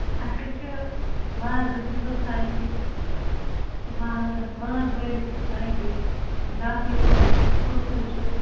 اَسہِ حظ چھِ وازَس چھِنہٕ حظ ساے دِنۍ وازَس ماز وٲلِس چھِ ساے دِنۍ دَپنہِ چھُ گژھُن پرٛژھُن چھُ